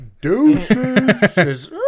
Deuces